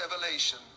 revelation